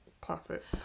Perfect